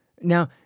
Now